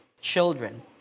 children